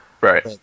right